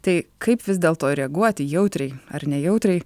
tai kaip vis dėlto reaguoti jautriai ar nejautriai